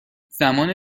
زمان